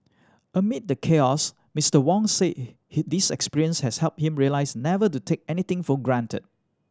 amid the chaos Mister Wong said this experience has helped him realise never to take anything for granted